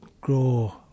grow